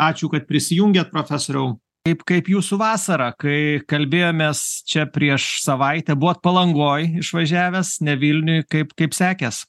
ačiū kad prisijungėte profesoriau kaip kaip jūsų vasara kai kalbėjomės čia prieš savaitę buvot palangoj išvažiavęs ne vilniuje kaip kaip sekės